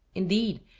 indeed,